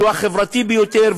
שהוא החברתי ביותר,